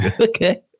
Okay